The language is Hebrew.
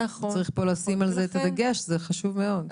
צריך לשים פה את הדגש על זה, זה חשוב מאוד.